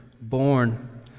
born